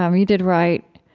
um you did write.